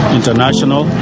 International